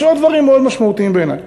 יש עוד דברים מאוד משמעותיים בעיני.